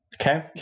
okay